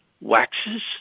waxes